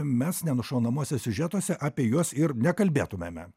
mes nenušaunamuose siužetuose apie juos ir nekalbėtume